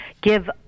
give